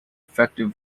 effective